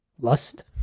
lust